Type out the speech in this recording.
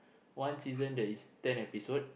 one season there is ten episode